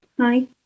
Hi